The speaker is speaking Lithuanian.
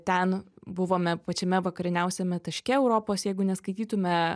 ten buvome pačiame vakariniausime taške europos jeigu neskaitytume